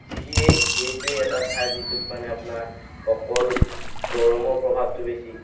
যিয়ে সেইটোৱে এটা ঠাই যিটোত মানে আপোনাৰ অকল গৰমৰ প্ৰভাৱটো বেছি